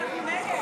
אנחנו נגד.